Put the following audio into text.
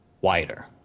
wider